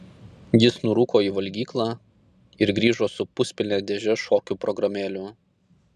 jis nurūko į valgyklą ir grįžo su puspilne dėže šokių programėlių